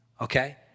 Okay